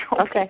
Okay